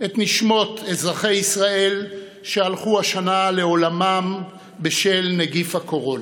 את נשמות אזרחי ישראל שהלכו השנה לעולמם בשל נגיף הקורונה.